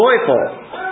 joyful